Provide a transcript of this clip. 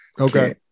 Okay